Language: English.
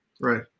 right